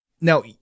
Now